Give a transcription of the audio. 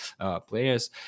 players